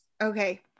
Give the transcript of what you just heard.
Okay